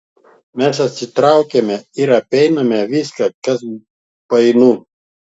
mes atsitraukiame ir apeiname viską kas painu